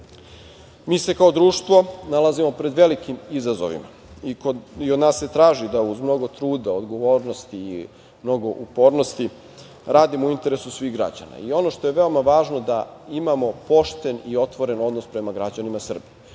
se kao društvo nalazimo pred velikim izazovima i od nas se traži da uz mnogo truda, odgovornosti i mnogo upornosti radimo u interesu svih građana i ono što je veoma važno, da imamo pošten i otvoren odnos prema građanima Srbije.